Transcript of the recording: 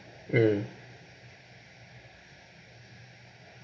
mm